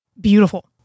beautiful